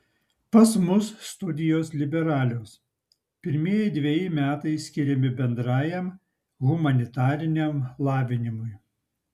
pas mus studijos liberalios pirmieji dveji metai skiriami bendrajam humanitariniam lavinimui